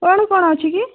କଣ କଣ ଅଛି କି